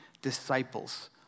Disciples